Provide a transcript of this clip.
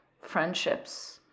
friendships